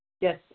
Yes